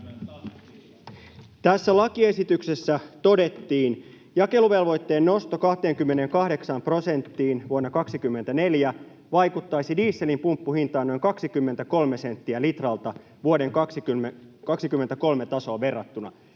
Tässä lakiesityksessä todettiin: ”Jakeluvelvoitteen nosto 28 prosenttiin vuonna 24 vaikuttaisi dieselin pumppuhintaan noin 23 senttiä litralta vuoden 23 tasoon verrattuna.”